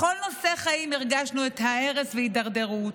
בכל נושא בחיים הרגשנו את ההרס וההידרדרות.